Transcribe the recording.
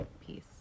peace